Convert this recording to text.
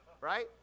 right